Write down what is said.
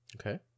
Okay